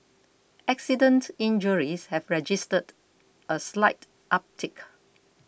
accident injuries have registered a slight uptick